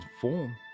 form